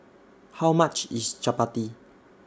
How much IS Chapati